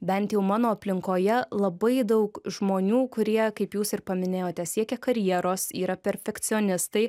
bent jau mano aplinkoje labai daug žmonių kurie kaip jūs ir paminėjote siekia karjeros yra perfekcionistai